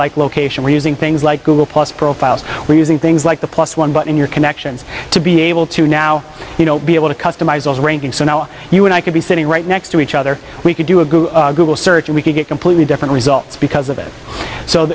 like location we're using things like google plus profiles we're using things like the plus one button your connections to be able to now you know be able to customize those ranking so now you and i could be sitting right next to each other we could do a google search and we could get completely different results because of it so